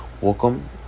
Welcome